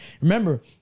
remember